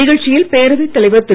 நிகழ்ச்சியில் பேரவைத் தலைவர் திரு